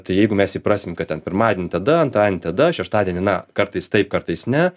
tai jeigu mes įprasm kad ten pirmadienį tada antradienį tada šeštadienį na kartais taip kartais ne